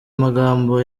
magambo